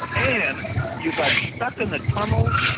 and you got stuck in the tunnels,